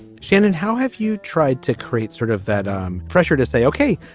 shannon, how have you tried to create sort of that pressure to say, ok,